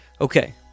Okay